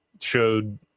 showed